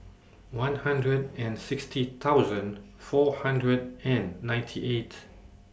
one hundred and sixty thousand four hundred and ninety eight